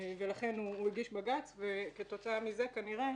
ולכן הוא הגיש בג"ץ וכתוצאה מזה כנראה